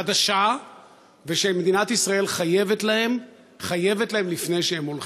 החדשה, ושמדינת ישראל חייבת להם לפני שהם הולכים.